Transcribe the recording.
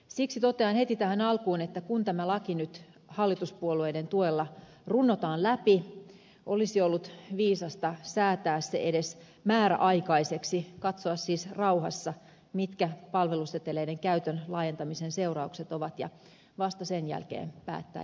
siksi totean heti tähän alkuun että kun tämä laki nyt hallituspuolueiden tuella runnotaan läpi olisi ollut viisasta säätää se edes määräaikaiseksi katsoa siis rauhassa mitkä palveluseteleiden käytön laajentamisen seuraukset ovat ja vasta sen jälkeen päättää jatkotoimista